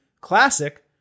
Classic